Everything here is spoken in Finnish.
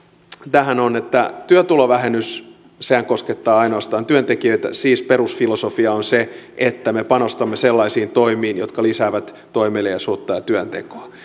tähän on että työtulovähennyshän koskettaa ainoastaan työntekijöitä siis perusfilosofia on se että me panostamme sellaisiin toimiin jotka lisäävät toimeliaisuutta ja työntekoa